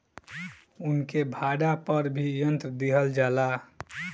उनके भाड़ा पर भी यंत्र दिहल जाला